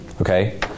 Okay